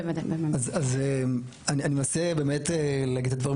אז אני מנסה באמת להגיד את הדברים